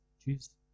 choose